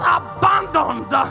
abandoned